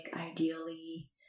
ideally